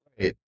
Right